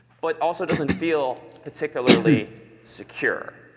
but also doesn't feel particularly secure.